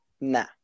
Nah